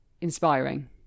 inspiring